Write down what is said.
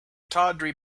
tawdry